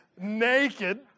Naked